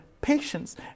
patience